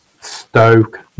Stoke